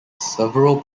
several